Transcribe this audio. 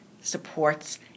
supports